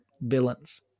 villains